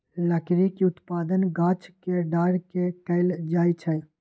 लकड़ी के उत्पादन गाछ के डार के कएल जाइ छइ